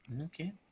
Okay